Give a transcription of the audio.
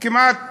כמעט